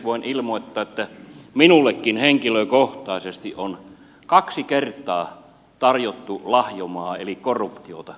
voin ilmoittaa että minullekin henkilökohtaisesti on kaksi kertaa tarjottu lahjomaa eli korruptiota